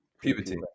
puberty